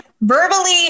Verbally